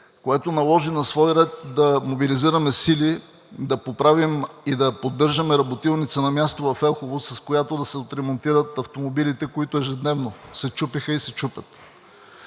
което наложи на свой ред да мобилизираме сили да поправим и да поддържаме работилница на място в Елхово, с която да се отремонтират автомобилите, които ежедневно се чупеха и се чупят.